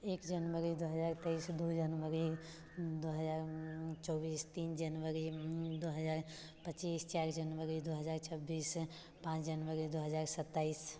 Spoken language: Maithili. एक जनवरी दू हजार तेइस दू जनवरी दू हजार चौबीस तीन जनवरी दू हजार पचीस चारि जनवरी दू हजार छब्बीस पाँच जनवरी दू हजार सताइस